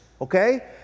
Okay